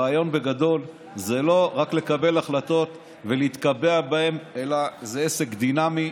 הרעיון בגדול זה לא רק לקבל החלטות ולהתקבע בהן אלא זה עסק דינמי,